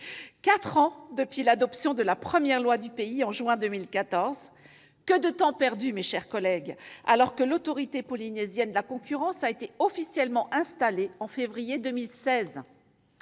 écoulés depuis l'adoption de la première loi du pays en juin 2014 ! Que de temps perdu, mes chers collègues, alors que l'Autorité polynésienne de la concurrence a été officiellement installée en février 2016